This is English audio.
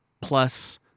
plus